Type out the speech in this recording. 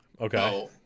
okay